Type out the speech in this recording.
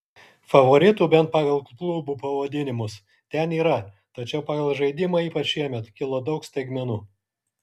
favoritų bent pagal klubų pavadinimus ten yra tačiau pagal žaidimą ypač šiemet kilo daug staigmenų